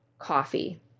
coffee